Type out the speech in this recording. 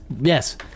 Yes